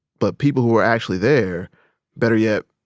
but people who were actually there better yet,